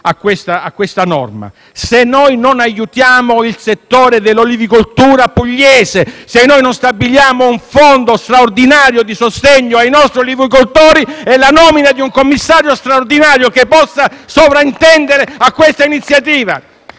alla norma, se non aiutiamo il settore dell'olivicoltura pugliese stabilendo un fondo straordinario di sostegno ai nostri olivicoltori e nominando un commissario straordinario che possa sovrintendere a tale iniziativa.